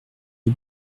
les